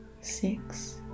six